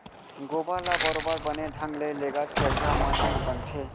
गोबर ल बरोबर बने ढंग ले लेगत चरिहा म ही बनथे